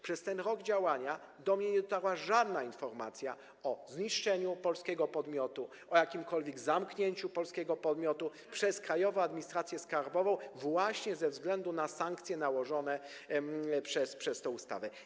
Przez ten rok jej działania nie dotarła do mnie żadna informacja o zniszczeniu polskiego podmiotu, o jakimkolwiek zamknięciu polskiego podmiotu przez Krajową Administrację Skarbową właśnie ze względu na sankcje nałożone przez tę ustawę.